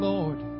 Lord